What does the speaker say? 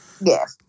Yes